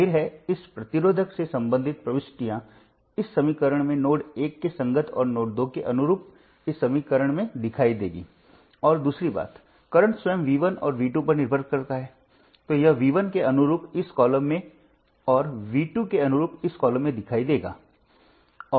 हमने समीकरणों को हमेशा की तरह G मैट्रिक्स के रूप में सेट किया है वोल्टेज के अज्ञात वेक्टर के स्रोतों के वेक्टर के बराबर होने के कारण G मैट्रिक्स सममित है